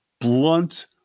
blunt